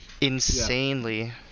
insanely